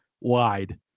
wide